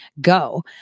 go